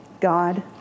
God